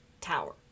tower